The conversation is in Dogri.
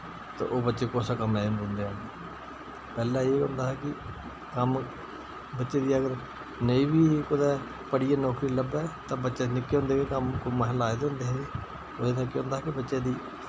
ते ओह् बच्चे कुसे कम्मे दे निं रोह्नदे हैन पैह्लै एह् होंदा हा कि कम्म बच्चे दी अगर नेईं वी कुतै पढ़ियै नौकरी लब्बै तां बच्चे निक्के होंदे गै कम्म कुम्म असैं लाये दे होंदे हे उ'दे कन्नै केह् होंदा हा कि बच्चे दी